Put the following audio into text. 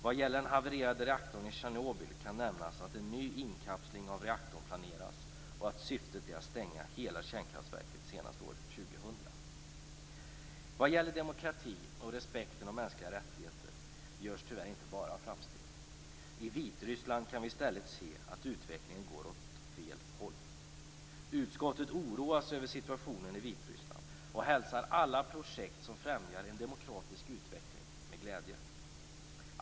Vad gäller den havererade reaktorn i Tjernobyl kan nämnas att en ny inkapsling av reaktorn planeras, och att syftet är att stänga hela kärnkraftverket senast år Vad gäller demokrati och respekten för mänskliga rättigheter görs tyvärr inte bara framsteg. I Vitryssland kan vi i stället se att utvecklingen går åt fel håll. Utskottet oroas över situationen i Vitryssland och hälsar alla projekt som främjar en demokratisk utveckling med glädje.